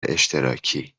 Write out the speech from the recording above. اشتراکی